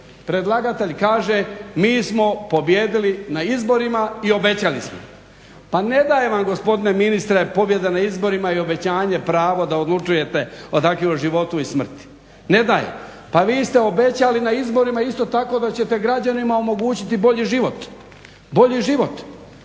Predlagatelj kaže mi smo pobijedili na izborima i obećali smo. Pa ne daje vam gospodine ministre pobjeda na izborima i obećanje pravo da odlučujete o životu i smrti. Ne daje. Pa vi ste obećali na izborima isto tako da ćete građanima omogućiti bolji život, a svjedočimo